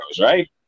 right